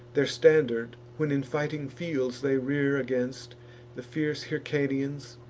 their standard when in fighting fields they rear against the fierce hyrcanians,